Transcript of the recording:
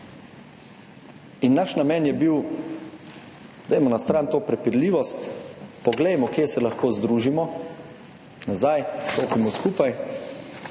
In naš namen je bil, dajmo na stran to prepirljivost, poglejmo, kje se lahko združimo nazaj, stopimo skupaj.